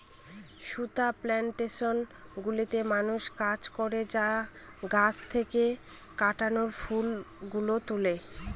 সুতা প্লানটেশন গুলোতে মানুষ কাজ করে যারা গাছ থেকে কটনের ফুল গুলো তুলে